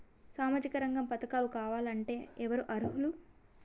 సామాజిక రంగ పథకాలు కావాలంటే ఎవరు అర్హులు?